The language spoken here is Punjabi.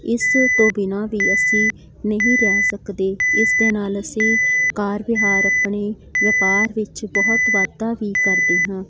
ਇਸ ਤੋਂ ਬਿਨਾਂ ਵੀ ਅਸੀਂ ਨਹੀਂ ਰਹਿ ਸਕਦੇ ਇਸ ਦੇ ਨਾਲ਼ ਅਸੀਂ ਕਾਰ ਵਿਹਾਰ ਆਪਣੀ ਵਪਾਰ ਵਿੱਚ ਬਹੁਤ ਵਾਧਾ ਵੀ ਕਰਦੇ ਹਾਂ